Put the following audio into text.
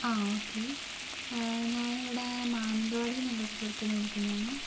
ആ ഓക്കേ ഞാനിവിടെ മാനന്തവാടിന്നുള്ളൊരു സ്ഥലത്തുന്ന് വിളിക്കുന്നതാണേ